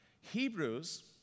Hebrews